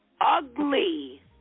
ugly